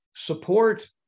support